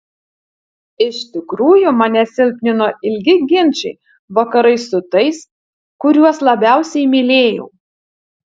iš tikrųjų mane silpnino ilgi ginčai vakarais su tais kuriuos labiausiai mylėjau